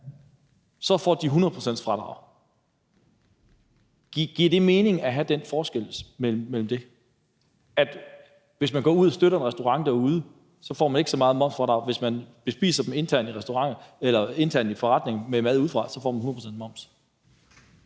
så får de 100 pct. fradrag. Giver det mening at have den forskel mellem de ting, altså at hvis man går ud og støtter en restaurant derude, får man ikke så meget momsfradrag, men hvis man bespiser dem internt i forretningen med maden bragt ud, så får man 100 pct.